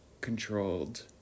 controlled